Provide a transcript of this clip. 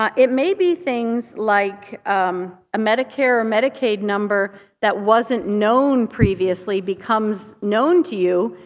um it may be things like um a medicare or medicaid number that wasn't known previously becomes known to you.